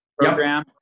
program